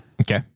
Okay